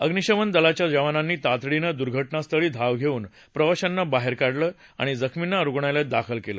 अमिशमन दलाच्या जवानांनी तातडीनं दुर्यात्रास्थळी धाव घेऊन प्रवाशांना बाहेर काढलं आणि जखमींना रुग्णालयात दाखल केलं